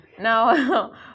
Now